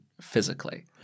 physically